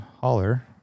holler